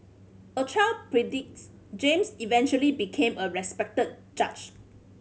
a child James eventually became a respected judge